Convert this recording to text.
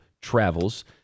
travels